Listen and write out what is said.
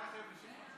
רק החבר'ה שלך.